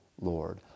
Lord